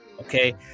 okay